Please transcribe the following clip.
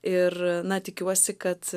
ir na tikiuosi kad